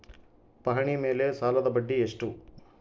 ಪಹಣಿ ಮೇಲೆ ಸಾಲದ ಬಡ್ಡಿ ಎಷ್ಟು?